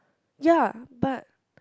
ya but